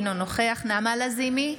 אינו נוכח נעמה לזימי,